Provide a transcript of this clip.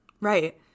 Right